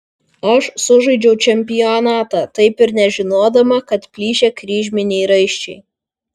aš sužaidžiau čempionatą taip ir nežinodama kad plyšę kryžminiai raiščiai